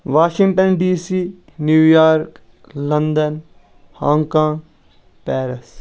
Washington D C New York London Hong Kong Paris